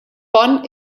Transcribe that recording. pont